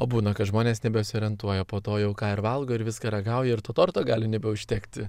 o būna kad žmonės nebesiorientuoja po to jau ką ir valgo ir viską ragauja ir to torto gali nebeužtekti